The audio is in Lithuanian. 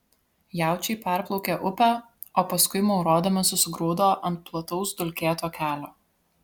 jaučiai perplaukė upę o paskui maurodami susigrūdo ant plataus dulkėto kelio